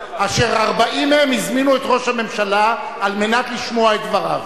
אשר 40 מהם הזמינו את ראש הממשלה על מנת לשמוע את דבריו.